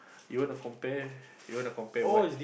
you want to compare you want to compare what